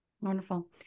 Wonderful